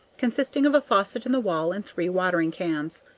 consisting of a faucet in the wall and three watering-cans.